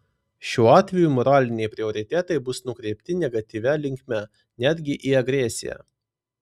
šiuo atveju moraliniai prioritetai bus nukreipti negatyvia linkme netgi į agresiją